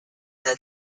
that